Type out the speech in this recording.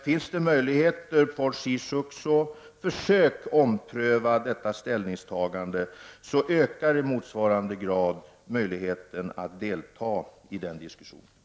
Finns det möjligheter, Paul Ciszuk, så försök ompröva detta ställningstagande, så ökar i motsvarande grad möjligheten att delta i diskussionen.